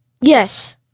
Yes